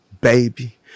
baby